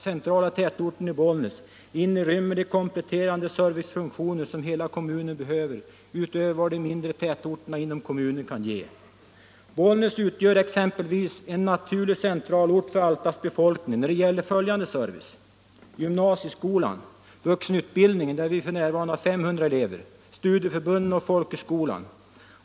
centrala tätorten i Bollnäs inrymmer de kompletterande servicefunktioner som hela kommunen behöver utöver vad de mindre tätorterna inom kommunen kan ge. Bollnäs utgör exempelvis en naturlig centralort för Alftas befolkning när det gäller följande service: gymnasieskolan, vuxenutbildningen — där vi f. n. har 500 elever — studieförbunden och folkhögskolan.